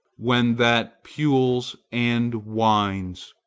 when that pules and whines.